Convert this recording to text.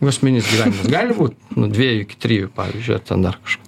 asmeninis gyvenimas gali būt nuo dviejų iki trijų pavyzdžiui ar ten dar kažką